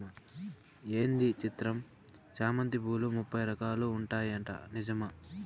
ఏంది ఈ చిత్రం చామంతి పూలు ముప్పై రకాలు ఉంటాయట నిజమా